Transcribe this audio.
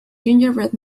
gingerbread